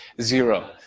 Zero